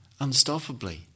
unstoppably